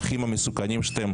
כפי שהיועצת המשפטית אמרה,